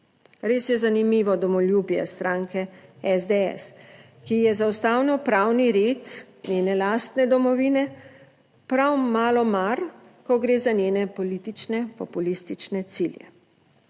Res je zanimivo domoljubje stranke SDS, ki je za ustavno pravni red njene lastne domovine prav malo mar, ko gre za njene politične populistične cilje.